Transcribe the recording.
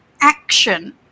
action